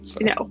No